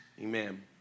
Amen